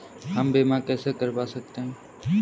हम बीमा कैसे करवा सकते हैं?